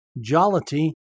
jollity